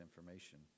information